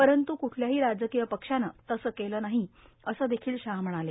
परंतू क्ठल्याही राजकिय पक्षानं तसं केलं नाही असं देखिल शाह म्हणाले